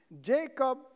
Jacob